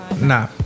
Nah